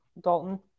Dalton